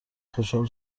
خوشحال